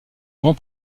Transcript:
grand